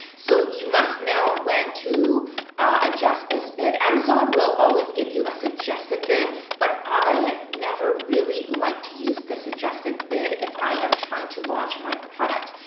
so you must know when to adjust this bid. amazon will always give you a suggested bid but i never really like to use this suggested bid when i am trying to launch my product.